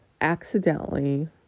accidentally